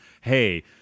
hey